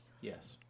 Yes